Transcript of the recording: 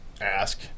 ask